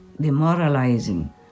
demoralizing